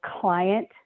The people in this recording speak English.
client